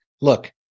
look